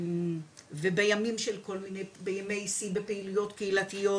ובימי שיא בפעילויות קהילתיות,